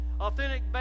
Authentic